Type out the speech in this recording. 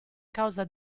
causa